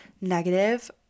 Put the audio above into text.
negative